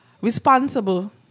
responsible